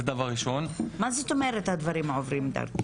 מה זאת אומרת "הדברים עוברים דרכי"?